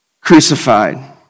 crucified